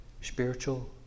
spiritual